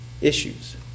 issues